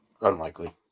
unlikely